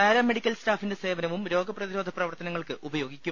paramedical സ്റ്റാഫിന്റെ സേവനവും രോഗപ്രതിരോധ പ്രവർത്തനങ്ങൾക്ക് ഉപയോഗിക്കും